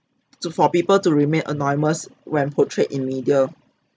to for people to remain anonymous when portrayed in media